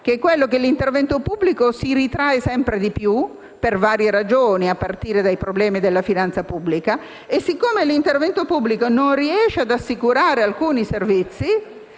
ovvero che l'intervento pubblico si ritrae sempre di più, per varie ragioni, a partire dai problemi della finanza pubblica e, siccome non riesce ad assicurare alcuni servizi,